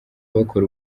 bakora